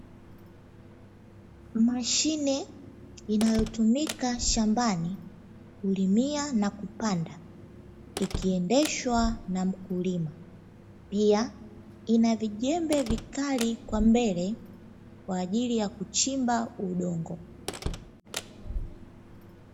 Mashine inayotumika shambani kulimia na kupanda ikiendeshwa na mkulima, pia ina vijembe vikali kwa mbele kwa ajili ya kuchimba udongo.